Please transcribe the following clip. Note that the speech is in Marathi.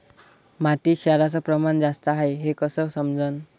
मातीत क्षाराचं प्रमान जास्त हाये हे कस समजन?